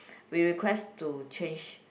we request to change